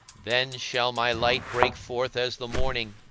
then shall my light break forth as the morning,